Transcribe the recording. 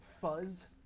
fuzz